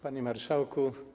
Panie Marszałku!